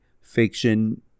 fiction